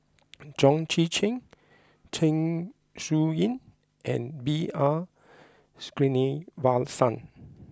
Chong Tze Chien Zeng Shouyin and B R Sreenivasan